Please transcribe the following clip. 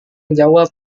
menjawab